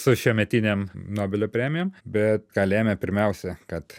su šiuometinėm nobelio premijom bet ką lėmė pirmiausia kad